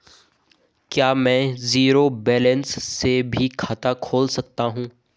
क्या में zero balance से भी खाता खोल सकता हूँ?